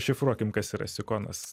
iššifruokim kas yra sikonas